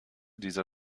dieser